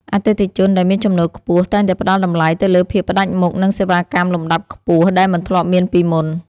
អតិថិជនដែលមានចំណូលខ្ពស់តែងតែផ្តល់តម្លៃទៅលើភាពផ្តាច់មុខ និងសេវាកម្មលំដាប់ខ្ពស់ដែលមិនធ្លាប់មានពីមុន។